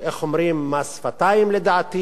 מס שפתיים, לדעתי.